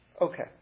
Okay